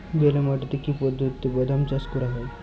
বেলে মাটিতে কি পদ্ধতিতে বাদাম চাষ করা যায়?